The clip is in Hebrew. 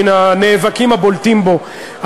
מן הנאבקים הבולטים בו,